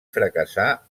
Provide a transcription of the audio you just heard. fracassà